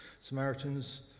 Samaritans